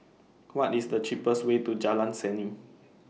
What IS The cheapest Way to Jalan Seni